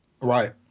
Right